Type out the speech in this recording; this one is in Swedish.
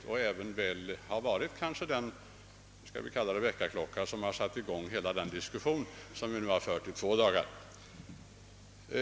Kanske har de även varit den väckarklocka för regeringen som satt i gång hela den diskussion som vi nu har fört i två dagar.